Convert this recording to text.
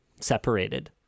separated